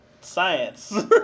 science